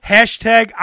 Hashtag